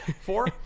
Four